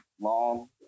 long